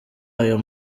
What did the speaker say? ayo